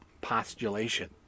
postulation